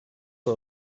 per